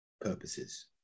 purposes